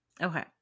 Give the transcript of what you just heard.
Okay